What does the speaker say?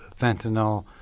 fentanyl